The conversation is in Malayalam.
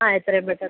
ആ എത്രയും പെട്ടെന്ന്